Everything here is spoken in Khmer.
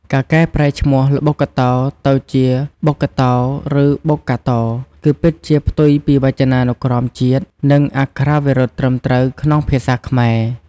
ការកែប្រែឈ្មោះ ល្បុក្កតោ ទៅជា បុក្កតោឬ បុកកាតោ គឺពិតជា ផ្ទុយពីវចនានុក្រមជាតិ និងអក្ខរាវិរុទ្ធត្រឹមត្រូវក្នុងភាសាខ្មែរ។